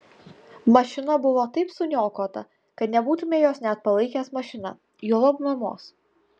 mašina buvo taip suniokota kad nebūtumei jos net palaikęs mašina juolab mamos